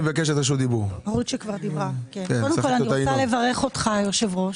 אני רוצה לברך אותך, היושב ראש.